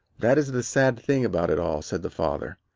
that is the sad thing about it all, said the father,